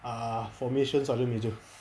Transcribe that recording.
ah formation sergeant major